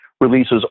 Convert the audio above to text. releases